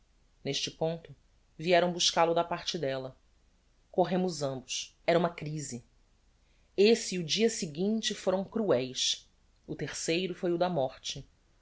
neste ponto vieram buscal-o da parte della corremos ambos era uma crise esse e o dia seguinte foram crueis o terceiro foi o da morte